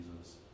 Jesus